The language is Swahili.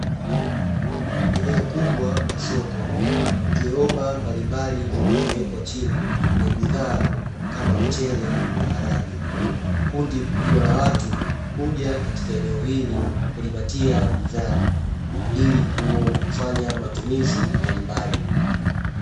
Eneo kubwa la soko, viroba mbalimbali vilivyowekwa chini kwenye bidhaa kama mchele na maharage. Kundi kubwa la watu huja katika eneo hili kujipatia bidhaa ili kufanya matumizi mbalimbali.